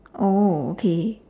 oh okay